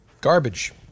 Garbage